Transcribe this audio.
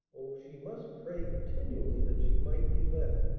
oh, she must pray continually that she might be led!